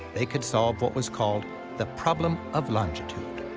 they could solve what was called the problem of longitude.